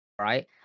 Right